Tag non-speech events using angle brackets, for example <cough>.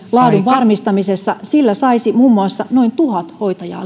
laadun varmistamisessa sillä saisi muun muassa noin tuhat hoitajaa <unintelligible>